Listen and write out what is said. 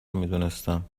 میدونستم